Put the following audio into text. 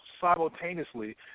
simultaneously